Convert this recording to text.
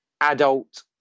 adult